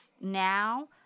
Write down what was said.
now